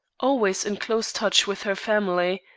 always in close touch with her family,